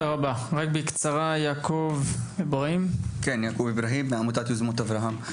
יעקב איברהים, עמותת יוזמות אברהם,